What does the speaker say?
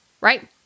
right